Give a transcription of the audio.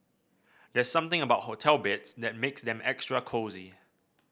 there's something about hotel beds that makes them extra cosy